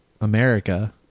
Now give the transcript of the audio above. America